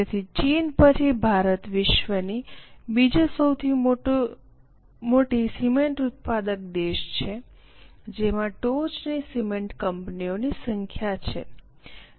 તેથી ચીન પછી ભારત વિશ્વની બીજો સૌથી મોટી સિમેન્ટ ઉત્પાદક દેશ છે જેમાં ટોચની સિમેન્ટ કંપનીઓની સંખ્યા છે